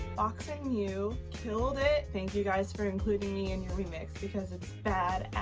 fox and mew killed it. thank you, guys, for including me in your remix because it's badass.